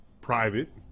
private